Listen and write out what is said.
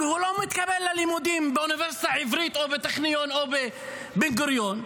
כי הוא לא מתקבל ללימודים באוניברסיטה העברית או בטכניון או בבן גוריון.